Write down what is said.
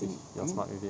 if you're smart with it